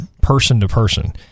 person-to-person